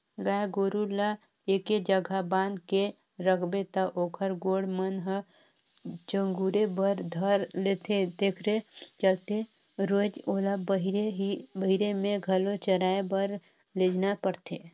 गाय गोरु ल एके जघा बांध के रखबे त ओखर गोड़ मन ह चगुरे बर धर लेथे तेखरे चलते रोयज ओला बहिरे में घलो चराए बर लेजना परथे